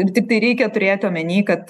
ir tiktai reikia turėti omeny kad